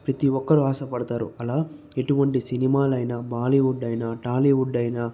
ప్రతి ఒక్కరు ఆశ పడతారు అలా ఎటువంటి సినిమాలైన బాలీవుడ్ అయినా టాలీవుడ్ అయినా